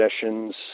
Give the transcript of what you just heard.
sessions